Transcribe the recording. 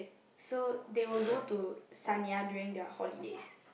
so they will go to Sanya during their holidays